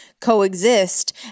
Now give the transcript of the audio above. coexist